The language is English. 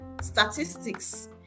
statistics